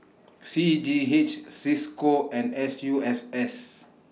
C A G H CISCO and S U S S